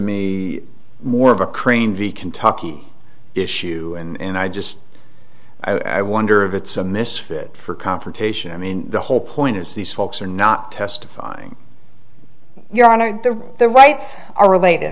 me more of a crane v kentucky issue and i just i wonder if it's a misfit for confrontation i mean the whole point is these folks are not testifying your honor the the rights are related